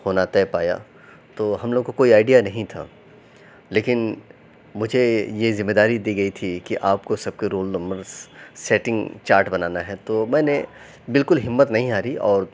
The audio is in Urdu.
ہونا طے پایا تو ہم لوگوں کو کوئی آئیڈیا نہیں تھا لیکن مجھے یہ ذمہ داری دی گئی تھی کہ آپ کو سب کے رول نمبرس سیٹنگ چارٹ بنانا ہے تو میں نے بالکل ہمت نہیں ہاری اور